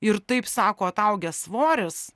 ir taip sako ataugęs svoris